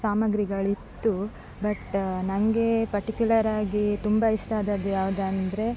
ಸಾಮಗ್ರಿಗಳಿತ್ತು but ನನಗೆ ಪರ್ಟಿಕ್ಯುಲರಾಗಿ ತುಂಬ ಇಷ್ಟ ಆದದ್ದು ಯಾವುದೆಂದ್ರೆ